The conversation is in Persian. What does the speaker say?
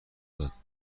داد